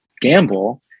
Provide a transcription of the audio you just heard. gamble